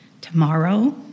tomorrow